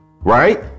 right